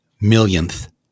millionth